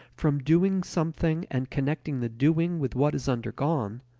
from doing something and connecting the doing with what is undergone,